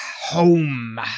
home